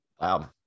Wow